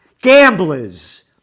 gamblers